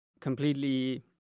completely